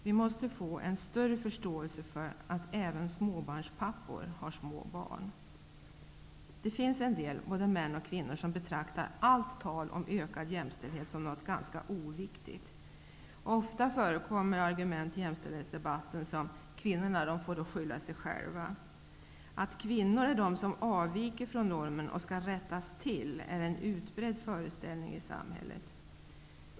Vi måste få en större förståelse för att även småbarnspappor har små barn. Det finns en del, både män och kvinnor, som betraktar allt tal om ökad jämställdhet som något ganska oviktigt. Ofta förekommer argument i jämställdhetsdebatten som att ''kvinnorna får skylla sig själva''. Att kvinnor är de som avviker från normen och skall ''rättas till'' är en utbredd föreställning i samhället.